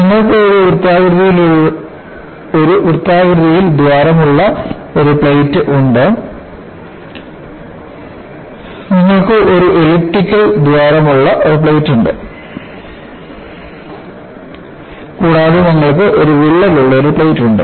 നിങ്ങൾക്ക് ഒരു വൃത്താകൃതിയിൽ ദ്വാരമുള്ള ഒരു പ്ലേറ്റ് ഉണ്ട് നിങ്ങൾക്ക് ഒരു എലിപ്റ്റിക്കൽ ദ്വാരമുള്ള ഒരു പ്ലേറ്റ് ഉണ്ട് കൂടാതെ നിങ്ങൾക്ക് ഒരു വിള്ളൽ ഉള്ള ഒരു പ്ലേറ്റ് ഉണ്ട്